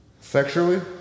Sexually